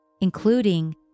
including